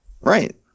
Right